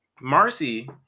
marcy